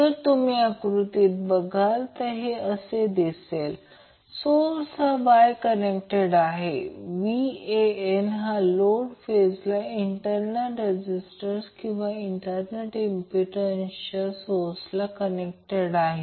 जर तुम्ही आकृती बघाल तर हे कसे दिसेल सोर्स हा Y कनेक्टेड Van हा लोड फेजला इंटरनल रेझिस्टन्स किंवा इंटरनल इंम्प्पिडन्सच्या सोर्सला कनेक्टेड आहे